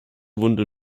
wunde